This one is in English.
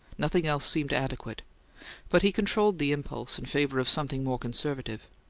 nothing else seemed adequate but he controlled the impulse in favour of something more conservative.